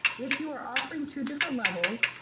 if you are offering two different levels,